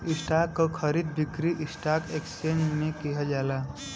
stock क खरीद बिक्री स्टॉक एक्सचेंज में किहल जाला